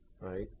right